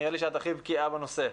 נראה לי שאת הכי בקיאה בנושא.